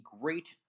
great